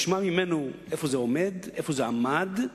ישמע ממנו איפה זה עומד ואיפה זה עמד,